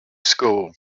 school